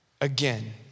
again